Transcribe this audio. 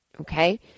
Okay